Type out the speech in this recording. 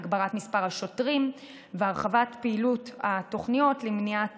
העלאת מספר השוטרים והרחבת פעילות התוכניות למניעת